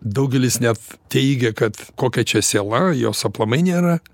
daugelis net teigia kad kokia čia siela jos aplamai nėra